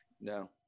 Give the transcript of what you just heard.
No